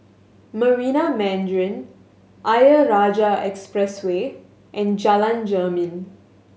Marina Mandarin Ayer Rajah Expressway and Jalan Jermin